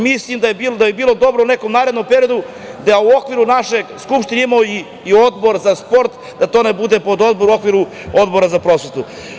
Mislim da bi bilo dobro u nekom narednom periodu da u okviru naše Skupštine imamo i odbor za sport, da to ne bude pododbor u okviru Odbora za prosvetu.